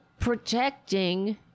Protecting